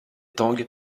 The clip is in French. tang